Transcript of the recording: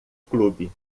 clube